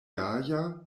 gaja